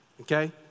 okay